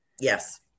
Yes